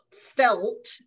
felt